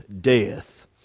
death